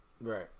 Right